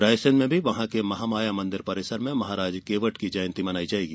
रायसेन में महामाया मंदिर परिसर में महाराज केवट की जयंती मनाई जायेगी